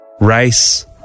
race